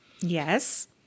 Yes